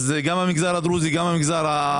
גם למגזר הדרוזי וגם למגזר הערבי.